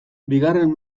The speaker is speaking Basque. bigarren